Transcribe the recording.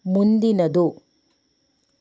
ಮುಂದಿನದು